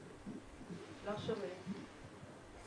אין לי יותר מדי מה להוסיף על מה ששלמה וליאורה אמרו,